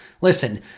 Listen